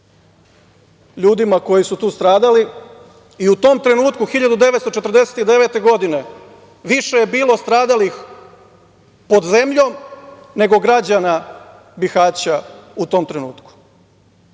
ljudima koji su tu stradali i u tom trenutku, 1949. godine, više je bilo stradalih pod zemljom nego građana Bihaća u tom trenutku.